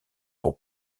pour